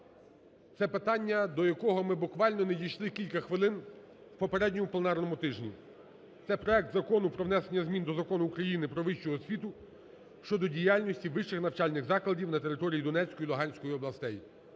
це питання, до якого ми буквально не дійшли кілька хвилин попереднього пленарного тижня. Це проект Закону про внесення змін до Закону України "Про вищу освіту" щодо діяльності вищих навчальних закладів на території Донецької і Луганської областей.